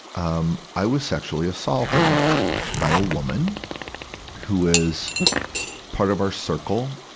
um i was sexually assaulted by a woman who was part of our circle.